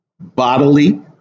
bodily